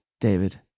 David